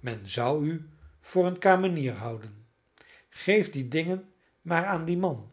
men zou u voor een kamenier houden geef die dingen maar aan dien man